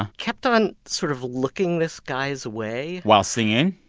and kept on sort of looking this guy's way while singing?